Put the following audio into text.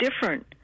different